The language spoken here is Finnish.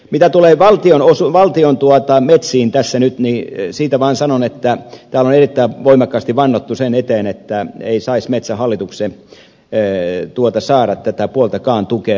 mitä tulee valtion metsiin tässä nyt niin siitä vaan sanon että täällä on erittäin voimakkaasti vannottu sen eteen että ei saisi metsähallitus saada tätä puoltakaan tukea